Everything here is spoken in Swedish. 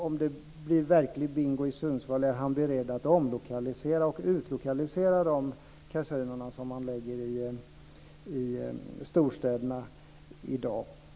Om det blir verkligt bingo i Sundsvall är han beredd att omlokalisera och utlokalisera de kasinona som i dag placeras i storstäderna?